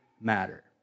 Matter